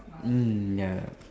mm ya